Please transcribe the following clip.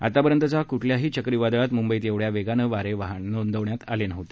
आतापर्यंतचा कुठल्याही चक्रीवादळात मुंबईत एवढ्या वेगाने वारे नोंदवण्यात आले नव्हते